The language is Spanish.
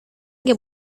que